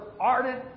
ardent